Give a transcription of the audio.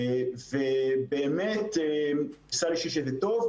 וזה טוב,